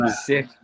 sick